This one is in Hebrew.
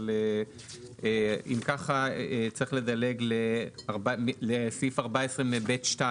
אבל אם כך צריך לדלג לסעיף 14מב2,